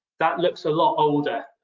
that looks a lot older.